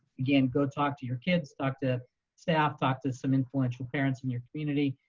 again, go talk to your kids, talk to staff, talk to some influential parents in your community,